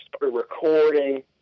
recording